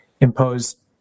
imposed